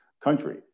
country